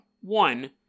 One